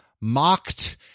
mocked